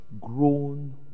grown